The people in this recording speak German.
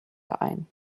ein